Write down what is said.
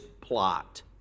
plot